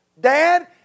Dad